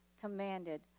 commanded